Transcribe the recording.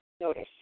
notice